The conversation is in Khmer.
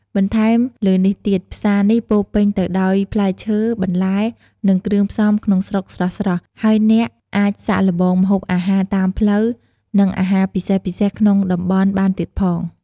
បន្ថែមលើនេះទៀត ផ្សារនេះពោរពេញទៅដោយផ្លែឈើ បន្លែ និងគ្រឿងផ្សំក្នុងស្រុកស្រស់ៗ ហើយអ្នកអាចសាកល្បងម្ហូបអាហារតាមផ្លូវ និងអាហារពិសេសៗក្នុងតំបន់បានទៀតផង។